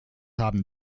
haben